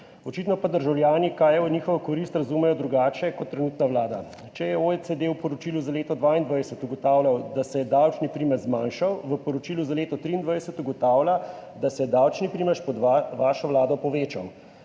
Očitno pa državljani, kaj je v njihovo korist, razumejo drugače kot trenutna vlada. Če je OECD v poročilu za leto 2022 ugotavljal, da se je davčni primež zmanjšal, v poročilu za leto 2023 ugotavlja, da se je davčni primež pod vašo vlado povečal.